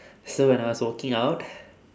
so when I was walking out